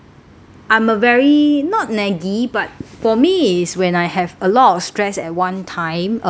I'm a very not naggy but for me is when I have a lot of stress at one time uh